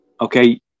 Okay